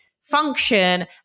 function